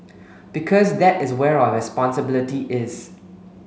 because that is where our responsibility is